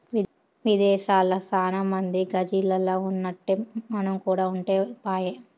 విదేశాల్ల సాన మంది గాజిల్లల్ల ఉన్నట్టే మనం కూడా ఉంటే పాయె